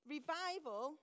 Revival